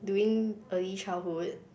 doing Early Childhood